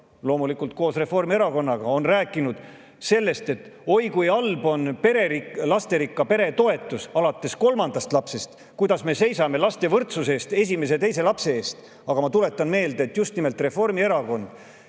loomulikult koos Reformierakonnaga, on rääkinud sellest, et oi kui halb on lasterikka pere toetus alates kolmandast lapsest, kuidas me seisame laste võrdsuse eest, esimese ja teise lapse eest. Aga ma tuletan meelde, et just nimelt Reformierakond